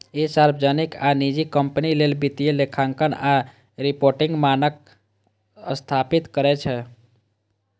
ई सार्वजनिक आ निजी कंपनी लेल वित्तीय लेखांकन आ रिपोर्टिंग मानक स्थापित करै छै